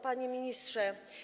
Panie Ministrze!